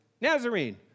Nazarene